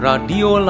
Radio